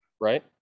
right